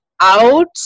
out